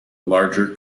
larger